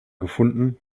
gefunden